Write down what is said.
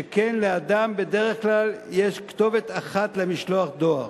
שכן לאדם בדרך כלל יש כתובת אחת למשלוח דואר.